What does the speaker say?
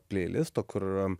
pleilisto kur